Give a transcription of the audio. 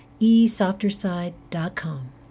esofterside.com